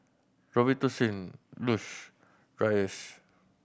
Robitussin Lush Dreyers